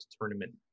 tournament